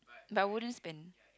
but I wouldn't spend